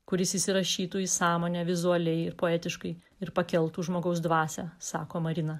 kuris įsirašytų į sąmonę vizualiai ir poetiškai ir pakeltų žmogaus dvasią sako marina